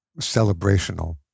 celebrational